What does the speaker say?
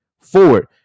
forward